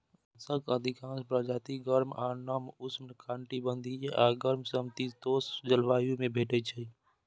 बांसक अधिकांश प्रजाति गर्म आ नम उष्णकटिबंधीय आ गर्म समशीतोष्ण जलवायु मे भेटै छै